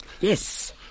Yes